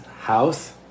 house